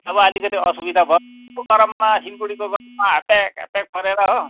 अब अलिकति असुविधा भयो यस्तो गरममा सिलगढीको गरममा ह्याप्याक ह्याप्याक परेर हो